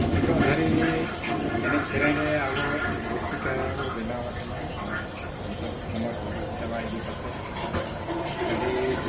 ᱱᱤᱛᱳᱜ ᱫᱷᱟᱹᱨᱤᱡ ᱮᱱᱮᱡ ᱥᱮᱨᱮᱧ ᱨᱮ ᱟᱵᱚ ᱨᱩᱥᱤᱠᱟ ᱵᱚᱱ ᱵᱮᱱᱟᱣ ᱟᱠᱟᱱᱟ ᱟᱨ ᱱᱤᱛᱳᱜ ᱩᱢᱮᱨ ᱠᱚᱦᱚᱸ ᱪᱟᱵᱟ ᱤᱫᱤ ᱠᱟᱛᱮᱫ ᱟᱹᱰᱤ